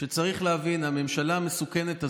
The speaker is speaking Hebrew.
שצריך להבין: הממשלה המסוכנת הזו,